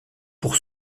pour